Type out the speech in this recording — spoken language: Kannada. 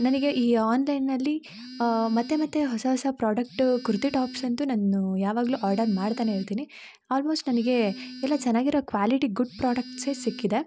ನನಗೆ ಈ ಆನ್ಲೈನಲ್ಲಿ ಮತ್ತು ಮತ್ತು ಹೊಸ ಹೊಸ ಪ್ರಾಡಕ್ಟ್ ಕುರ್ತಿ ಟಾಪ್ಸ್ ಅಂತು ನಾನು ಯಾವಾಗಲು ಆರ್ಡರ್ ಮಾಡ್ತಾನೇ ಇರ್ತೀನಿ ಆಲ್ಮೋಸ್ಟ್ ನನಗೆ ಎಲ್ಲ ಚೆನ್ನಾಗಿರೋ ಕ್ವಾಲಿಟಿ ಗುಡ್ ಪ್ರಾಡೆಕ್ಟ್ಸೇ ಸಿಕ್ಕಿದೆ